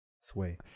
sway